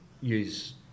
use